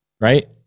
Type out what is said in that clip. Right